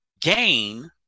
gain